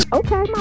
okay